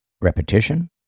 repetition